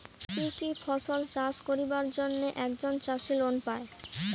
কি কি ফসল চাষ করিবার জন্যে একজন চাষী লোন পায়?